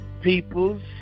peoples